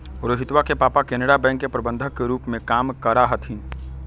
रोहितवा के पापा केनरा बैंक के प्रबंधक के रूप में काम करा हथिन